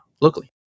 locally